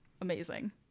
amazing